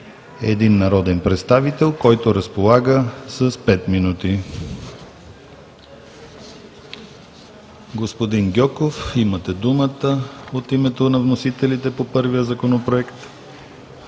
– 1 народен представител, който разполага с 5 минути. Господин Гьоков, имате думата от името на вносителите по първия Проект.